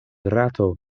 rato